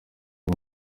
uyu